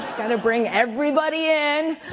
gotta bring everybody in.